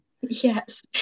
yes